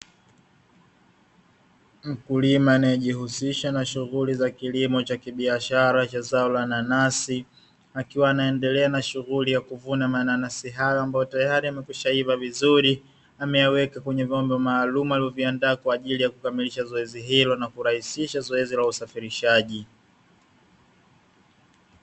Mkulima anayejihusisha na shughuli za kilimo chaki kibiashara cha zao la nanasi akiwa anaendelea na shughuli ya kuvuna mananasi hayo ambayo tayari yamekwishaiva vizuri ameyaweka kwenye vyombo maalum alivyoviandaa kwa ajili ya kukamilisha zoezi hilo na kurahisisha zoezi la usafirishaji.